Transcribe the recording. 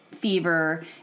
Fever